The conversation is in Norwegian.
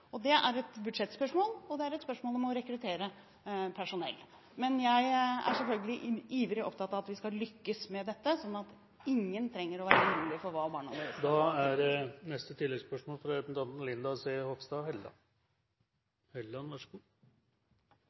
Det er et budsjettspørsmål, og det er et spørsmål om å rekruttere personell. Men jeg er selvfølgelig ivrig opptatt av at vi skal lykkes med dette, sånn at ingen trenger å være urolig for barna sine. Linda C. Hofstad Helleland – til oppfølgingsspørsmål. Reglene for barnehageopptak er